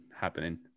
happening